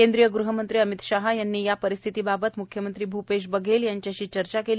केंद्रीय गृहमंत्री अमित शहा यांनी परिस्थितीबाबत म्ख्यमंत्री भूपेश बघेल यांच्याशी चर्चा केली